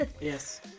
Yes